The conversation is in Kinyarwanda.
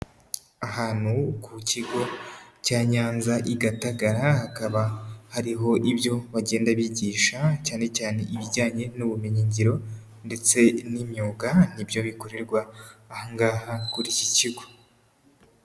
Ahantu ku kigo cya Nyanza, i Gatagara, hakaba hariho ibyo bagenda bigisha, cyane cyane ibijyanye n'ubumenyingiro ndetse n'imyuga, nibyo bikorerwa aha ngaha kuri ki kigo.